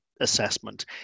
assessment